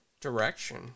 direction